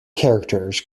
characters